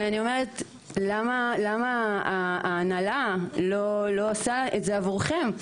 אני אומרת: למה ההנהלה לא עושה את זה עבורכם?